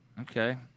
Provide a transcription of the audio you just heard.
Okay